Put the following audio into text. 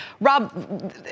Rob